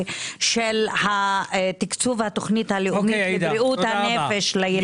של תקצוב התוכנית הלאומית לבריאות הנפש לילדים.